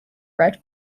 red